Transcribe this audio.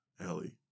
Ellie